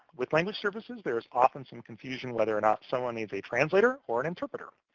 with language services, there's often some confusion whether or not someone needs a translator or an interpreter.